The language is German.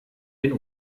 den